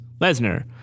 Lesnar